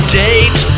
date